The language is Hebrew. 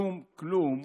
כלום, כלום,